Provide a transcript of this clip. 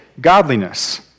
godliness